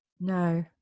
No